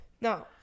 no